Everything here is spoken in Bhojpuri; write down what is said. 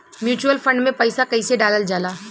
म्यूचुअल फंड मे पईसा कइसे डालल जाला?